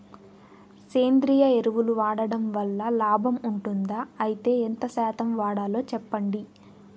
సేంద్రియ ఎరువులు వాడడం వల్ల లాభం ఉంటుందా? అయితే ఎంత శాతం వాడాలో చెప్పండి?